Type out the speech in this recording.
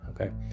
okay